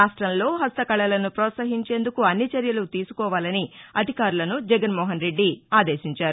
రాష్టంలో హస్తకళలను ప్రోత్సహించేందుకు అన్ని చర్యలు తీసుకోవాలని అధికారులను జగన్మోహన్ రెడ్డి ఆదేశించారు